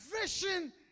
vision